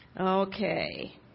Okay